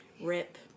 Rip